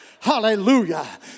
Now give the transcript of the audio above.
Hallelujah